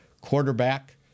quarterback